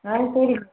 ஆ சரிப்